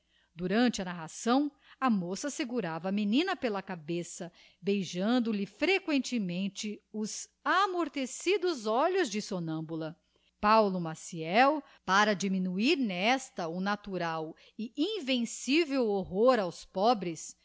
durante a narração a moça segurava a menina pela cabeça beijando-lhe frequentemente os amortecidos olhos de somnambula paulo maciel para diminuir nesta o natural e invencivel horror aos pobres